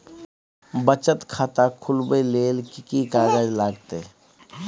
बचत खाता खुलैबै ले कि की कागज लागतै?